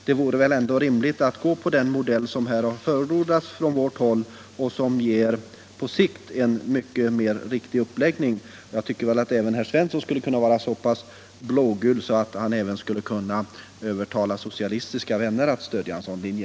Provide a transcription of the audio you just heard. Det vore väl ändå rimligt att gå efter den modell som förordats från vårt håll och som på sikt ger en riktigare uppläggning. Jag tycker att även herr Svensson skulle kunna vara så pass blågul att han kunde övertala sina socialistiska vänner att stödja en sådan linje.